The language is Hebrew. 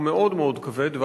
הוא מאוד מאוד כבד,